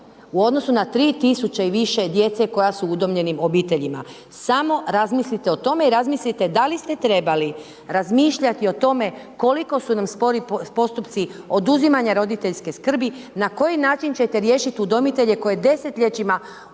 u odnosu na 3000 i više djece, koja su u udomljenim obiteljima, samo razmislite o tome, i razmislite da li ste trebali razmišljati o tome koliko su nam spori postupci oduzimanja roditeljske skrbi, na koji način će te riješiti udomitelje koje desetljećima udomljavaju